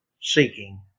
seeking